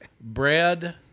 bread